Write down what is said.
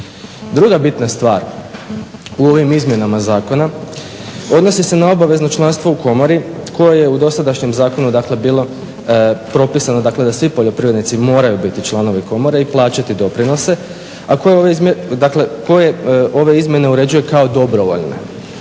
Druga bitna stvar u ovim izmjenama zakona odnosi se na obavezno članstvo u komori koja je u dosadašnjem zakonu bilo propisano da svi poljoprivrednici moraju biti članovi komore i plaćati doprinose, a koje ove izmjene uređuje kao dobrovoljne.